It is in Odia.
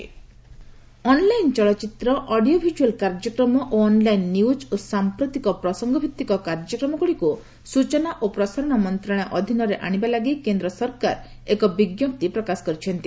ଏମ୍ଆଇବି ଅନ୍ଲାଇନ୍ ଚଳଚ୍ଚିତ୍ର ଅଡ଼ିଓ ଭିଜୁଆଲ୍ କାର୍ଯ୍ୟକ୍ରମ ଏବଂ ଅନ୍ଲାଇନ୍ ନ୍ୟୁଜ୍ ଓ ସାମ୍ପ୍ରତିକ ପ୍ରସଙ୍ଗ ଭିଭିକ କାର୍ଯ୍ୟକ୍ରମ ଗୁଡ଼ିକୁ ସୂଚନା ଓ ପ୍ରସାରଣ ମନ୍ତ୍ରଣାଳୟ ଅଧୀନରେ ଆଣିବାଲାଗି କେନ୍ଦ୍ର ସରକାର ଏକ ବିଞ୍ଜପ୍ତି ପ୍ରକାଶ କରିଛନ୍ତି